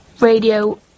radio